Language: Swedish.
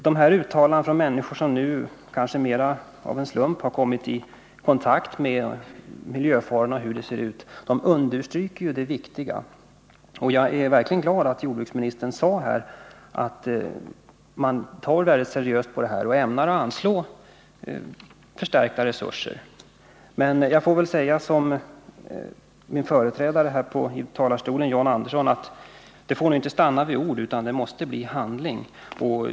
a Dessa uttalanden från människor, som kanske mer av en slump har kommit i kontakt med miljöfarorna och förhållandena sådana de är, understryker vikten av att vi tar itu med dessa problem. Jag är verkligen glad att jordbruksministern sade att han tar seriöst på dessa problem och att man ämnar föreslå att förstärkta resurser ställs till förfogande. Men jag får väl säga som min företrädare här i talarstolen, John Andersson, att det får inte stanna vid ord utan det måste bli handling.